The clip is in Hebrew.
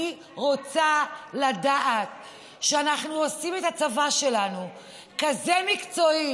אני רוצה לדעת שאנחנו עושים את הצבא שלנו כזה מקצועי